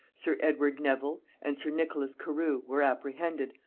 sir edward nevil, and sir nicholas carew, were apprehended,